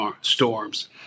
storms